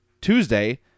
Tuesday